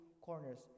corners